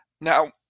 Now